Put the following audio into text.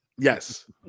Yes